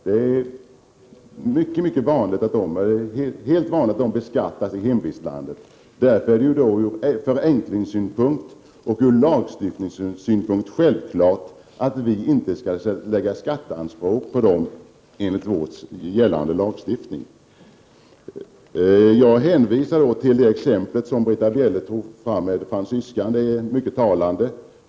Det är mycket vanligt att sådana tillgångar beskattas i hemvistlandet. Såväl från förenklingssynpunkt som från lagstiftningssynpunkt skall vi självfallet inte ställa skatteanspråk på andra länder enligt vår gällande lagstiftning. Jag vill hänvisa till Britta Bjelles exempel om fransyskan, vilket är mycket talande.